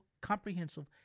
comprehensive